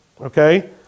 okay